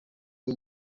bwo